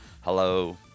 hello